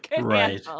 Right